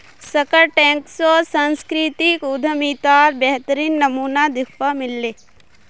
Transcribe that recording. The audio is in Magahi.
शार्कटैंक शोत सांस्कृतिक उद्यमितार बेहतरीन नमूना दखवा मिल ले